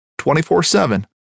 24-7